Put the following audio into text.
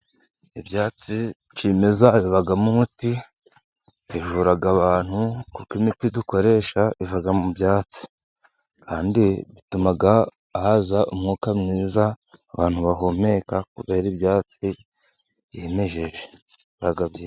Ibya kimeza bibamo umuti kuko bivura abantu. Kuko imiti dukoresha iva mu byatsi. Bituma haza umwuka mwiza abantu bahumeka kubera ibyatsi byimejeje biba byiza.